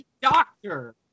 doctor